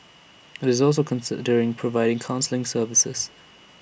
IT is also considering providing counselling services